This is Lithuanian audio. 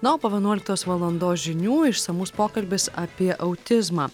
na o po vienuoliktos valandos žinių išsamus pokalbis apie autizmą